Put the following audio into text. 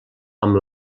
amb